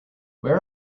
where